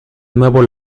nuevo